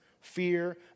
fear